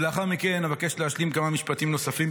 ולאחר מכן אבקש להשלים כמה משפטים נוספים,